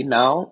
now